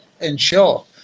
ensure